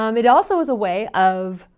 um it also is a way of,